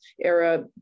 era